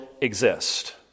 exist